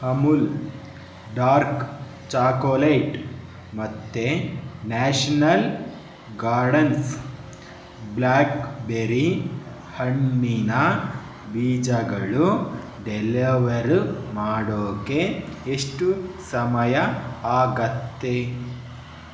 Amul dark chocolate ಮತ್ತು national gardens blackberry ಹಣ್ಣಿನ ಬೀಜಗಳು ಡೆಲವರ ಮಾಡೋಕ್ಕೆ ಎಷ್ಟು ಸಮಯ ಆಗತ್ತೆ